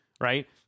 right